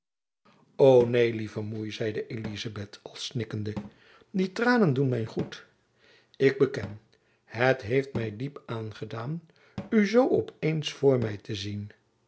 neen lieve moei zeide elizabeth al snikkende die tranen doen my goed ik beken het jacob van lennep elizabeth musch heeft my diep aangedaan u zoo op eens voor my te zien